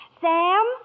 Sam